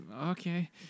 Okay